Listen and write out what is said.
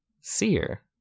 Seer